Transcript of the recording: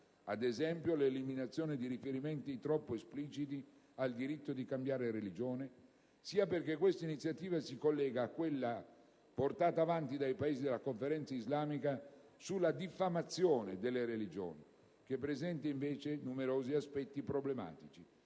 ad esempio, l'eliminazione di riferimenti troppo espliciti al diritto di cambiare religione) sia perché questa iniziativa si collega a quella, portata avanti dai Paesi della Conferenza islamica, sulla «diffamazione delle religioni», che presenta invece numerosi aspetti problematici.